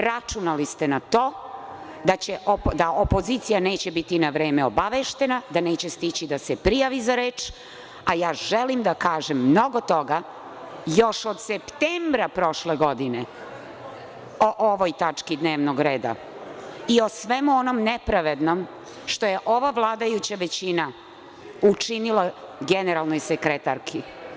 Računali ste na to da opozicija neće biti na vreme obaveštena, da neće stići da se prijavi za reč, a ja želim da kažem mnogo toga još od septembra prošle godine o ovoj tački dnevnog reda i o svemu onom nepravednom što je ova vladajuća većina učinila generalnoj sekretarki.